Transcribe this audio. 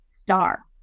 Star